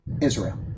Israel